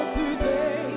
today